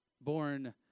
Born